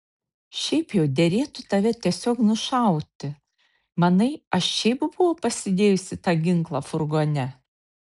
šiaip jau derėtų tave tiesiog nušauti manai aš šiaip buvau pasidėjusi tą ginklą furgone